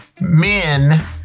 men